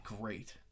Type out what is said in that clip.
great